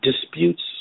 disputes